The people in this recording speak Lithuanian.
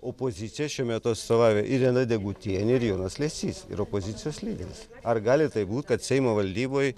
opoziciją šiuo metu atstovauja irena degutienė ir jonas liesys ir opozicijos lyderis ar gali taip būt kad seimo valdyboj